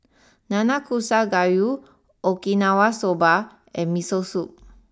Nanakusa Gayu Okinawa Soba and Miso Soup